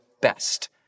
best